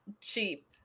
cheap